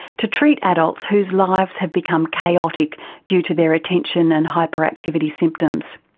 to treat adults whose lives have become chaotic due to their attention and hyperactivity symptoms.